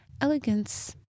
Elegance